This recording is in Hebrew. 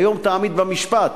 "היום יעמיד במשפט".